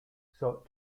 sought